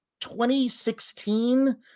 2016